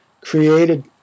created